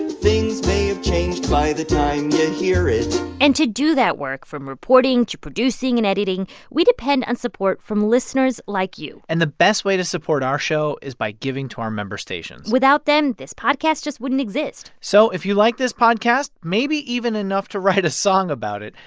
things may have changed by the time you ah hear it and to do that work from reporting, to producing and editing we depend on support from listeners like you and the best way to support our show is by giving to our member stations without them, this podcast just wouldn't exist so if you like this podcast maybe even enough to write a song about it,